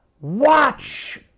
Watch